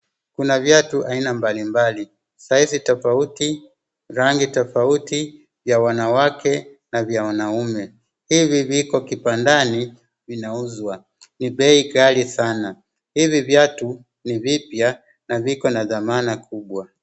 Kuna viatu aina mbali mbali, size tofauti, rangi tofauti, ya wanawake na vya wanaume, hivi viko kibandani vinauzwa, ni bei kali sana, hivi viatu ni vipya na viko na dhamana kubwa.